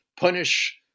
punish